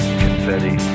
confetti